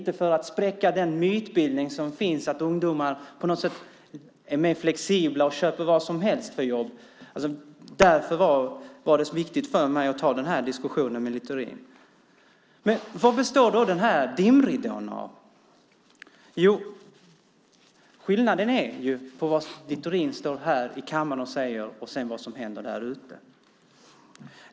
Det spräcker den mytbildning som finns om att ungdomar är mer flexibla och köper vilka jobb som helst. Därför är det så viktigt för mig att ta den här diskussionen med Littorin. Vad består dimridån av? Skillnaden ligger i vad Littorin säger här i kammaren och vad som sedan händer där ute.